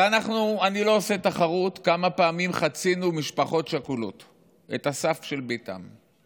אני לא עושה תחרות כמה פעמים חצינו את סף ביתן של משפחות שכולות.